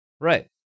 right